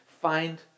find